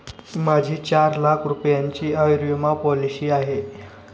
माझी चार लाख रुपयांची आयुर्विमा पॉलिसी आहे